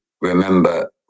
remember